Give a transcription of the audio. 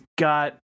got